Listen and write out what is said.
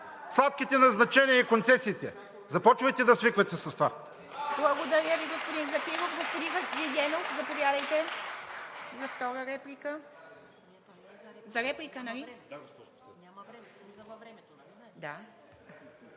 сладките назначения и на концесиите – започвайте да свиквате с това.